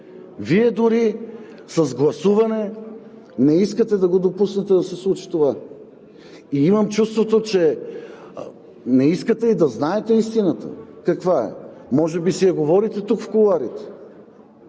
Вие дори с гласуване не искате да го допуснете да се случи това. Имам чувството, че не искате и да знаете каква е истината. Може би си я говорите тук, в кулоарите,